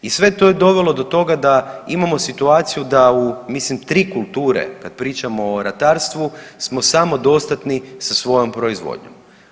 I sve to je dovelo do toga da imamo situaciju da u mislim tri kulture kad pričamo o ratarstvu smo samodostatni sa svojom proizvodnjom.